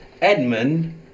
Edmund